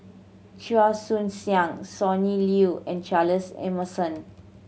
Chua Joon Siang Sonny Liew and Charles Emmerson